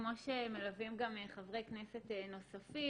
כמו שמלווים גם חברי כנסת נוספים,